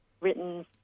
written